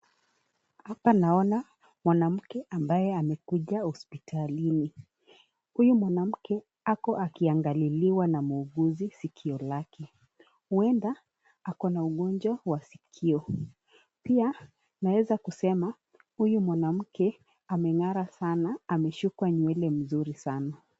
Hapa naona mwanamke ambaye amekuja hospitalini. Huyu mwanamke ako akiangaliliwa na muuguzi sikio lake. Huenda ako na ugonjwa wa sikio. Pia naweza kusema huyu mwanamke amengara sana ameshukwa nywele mzuri sana.